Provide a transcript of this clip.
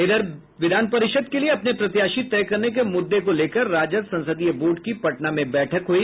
इधर विधान परिषद के लिए अपने प्रत्याशी तय करने के मुद्दे को लेकर राजद संसदीय बोर्ड की पटना में बैठक हुई